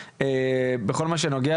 בכל מה שנוגע